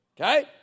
Okay